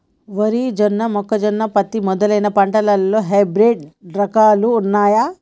వరి జొన్న మొక్కజొన్న పత్తి మొదలైన పంటలలో హైబ్రిడ్ రకాలు ఉన్నయా?